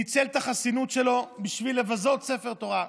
ניצל את החסינות שלו בשביל לבזות ספר תורה.